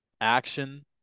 action